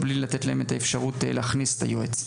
בלי לתת להם את האפשרות להכניס את היועץ.